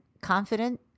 confident